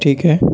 ٹھیک ہے